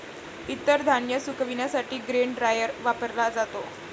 इतर धान्य सुकविण्यासाठी ग्रेन ड्रायर वापरला जातो